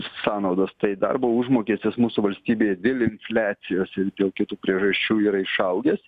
sąnaudos tai darbo užmokestis mūsų valstybėje dėl infliacijos ir dėl kitų priežasčių yra išaugęs